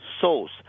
souls